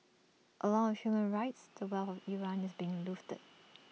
along with human rights the wealth of Iran is being looted